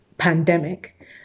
pandemic